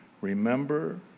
Remember